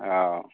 औ